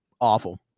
awful